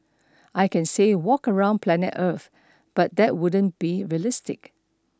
I can say walk around planet earth but that wouldn't be realistic